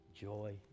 joy